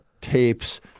tapes